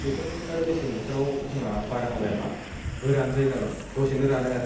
बेफोरबायदिनो आरो मेसें बोथोराव जोंहा बारहावाया मा गोरान जायो नालाय दसेनो रानो आरो